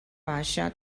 baixa